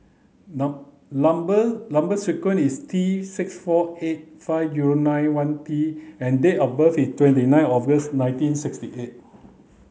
number number sequence is T six four eight five zero nine one T and date of birth is twenty nine August nineteen sixty eight